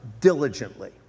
diligently